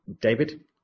David